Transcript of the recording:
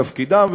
מילוי תפקידם,